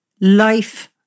life